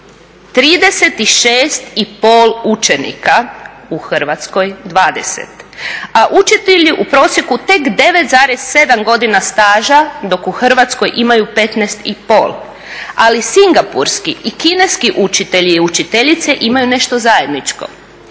36,5 učenika u Hrvatskoj 20. A učitelji u prosjeku tek 9,7 godina staža dok u Hrvatskoj imaju 15,5. Ali singapurski i kineski učitelji i učiteljice imaju nešto zajedničko.